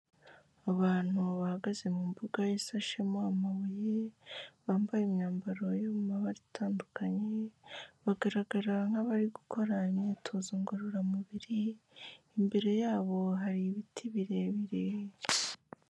Abantu bahagaze mu mbuga isashemo amabuye, bambaye imyambaro yo mu mabara atandukanye, bagaragara nk'abari gukora imyitozo ngororamubiri, imbere yabo hari ibiti birebire.